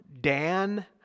Dan